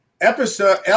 episode